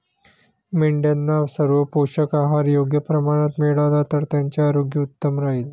मेंढ्यांना सर्व पोषक आहार योग्य प्रमाणात मिळाला तर त्यांचे आरोग्य उत्तम राहील